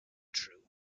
true